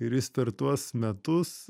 ir jis per tuos metus